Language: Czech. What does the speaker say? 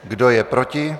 Kdo je proti?